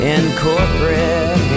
Incorporate